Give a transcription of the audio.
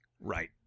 Right